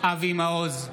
אבי מעוז,